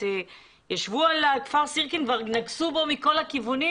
ישבו על כפר סירקין, כבר נגסו בו מכל הכיוונים.